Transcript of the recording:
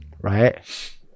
right